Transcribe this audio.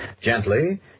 Gently